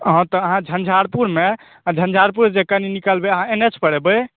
तऽ अहाँ झंझारपुरमे झंझारपुरस जँ कनी निकलबै अहाँ एन एच पर एबए